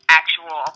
actual